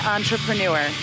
Entrepreneur